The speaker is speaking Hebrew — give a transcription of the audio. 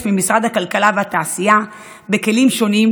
ממשרד הכלכלה והתעשייה בכלים שונים,